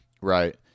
right